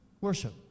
worship